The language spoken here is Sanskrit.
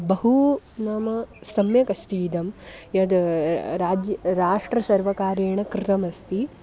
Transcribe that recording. बहु नाम सम्यक् अस्ति इदं यद् राज्यं राष्ट्रसर्वकारेण कृतमस्ति